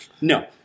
no